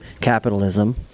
capitalism